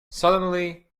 suddenly